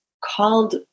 called